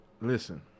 Listen